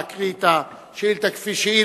להקריא את השאילתא כפי שהיא,